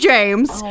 James